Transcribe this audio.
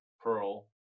pearl